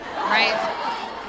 Right